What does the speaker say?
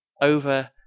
over